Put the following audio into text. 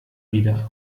wieder